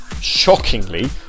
shockingly